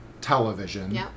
television